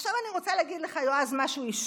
עכשיו אני רוצה להגיד לך, יועז, משהו אישי.